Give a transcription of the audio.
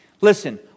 Listen